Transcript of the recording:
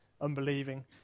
unbelieving